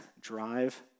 drive